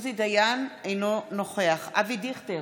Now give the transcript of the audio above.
אינו נוכח אבי דיכטר,